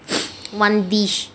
one dish